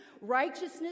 Righteousness